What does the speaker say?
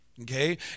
okay